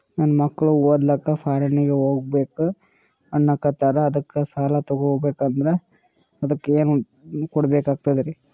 ನನ್ನ ಮಕ್ಕಳು ಓದ್ಲಕ್ಕ ಫಾರಿನ್ನಿಗೆ ಹೋಗ್ಬಕ ಅನ್ನಕತ್ತರ, ಅದಕ್ಕ ಸಾಲ ತೊಗೊಬಕಂದ್ರ ಅದಕ್ಕ ಏನ್ ಕೊಡಬೇಕಾಗ್ತದ್ರಿ?